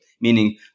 meaning